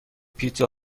پیتزا